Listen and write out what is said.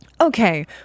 okay